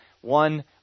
One